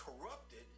corrupted